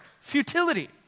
Futility